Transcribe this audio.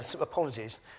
Apologies